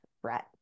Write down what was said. threat